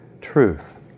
truth